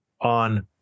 on